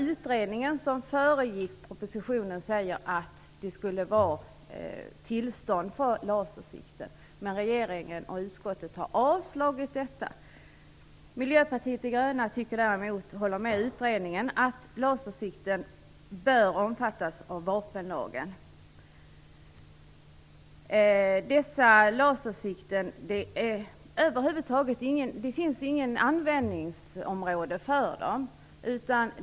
Utredningen som föregick propositionen föreslog att det skulle krävas tillstånd för lasersikte, men regeringen och utskottet har frångått detta. Miljöpartiet de gröna håller däremot med utredningen om att lasersikten bör omfattas av vapenlagen. Det finns inget vettigt användningsområde för lasersikten.